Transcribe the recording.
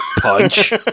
Punch